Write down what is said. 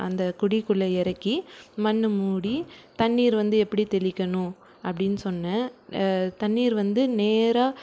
அந்த குழிக்குள்ளே இறக்கி மண் மூடி தண்ணீர் வந்து எப்படி தெளிக்கணும் அப்படினு சொன்னேன் தண்ணீர் வந்து நேராக